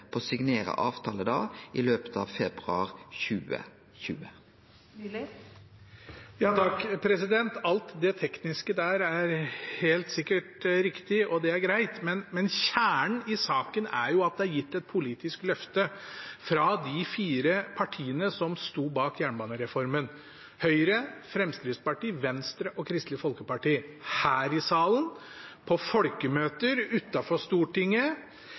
på å signere avtale i løpet av februar 2020. Alt det tekniske der er helt sikkert riktig, og det er greit, men kjernen i saken er jo at det er gitt et politisk løfte fra de fire partiene som sto bak jernbanereformen – Høyre, Fremskrittspartiet, Venstre og Kristelig Folkeparti – her i salen, på folkemøter utenfor Stortinget,